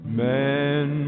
man